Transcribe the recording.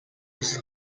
his